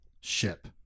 ship